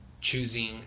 choosing